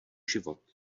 život